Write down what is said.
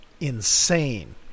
insane